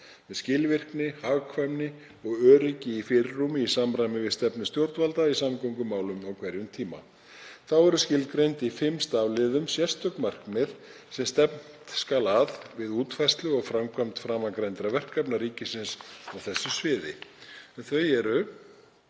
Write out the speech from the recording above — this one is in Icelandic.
með skilvirkni, hagkvæmni og öryggi í fyrirrúmi í samræmi við stefnu stjórnvalda í samgöngumálum á hverjum tíma. Þá eru skilgreind í fimm stafliðum sérstök markmið sem stefnt skal að við útfærslu og framkvæmd framangreindra verkefna ríkisins á þessu sviði. Þau eru: